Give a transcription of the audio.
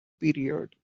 period